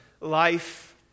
life